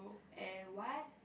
and what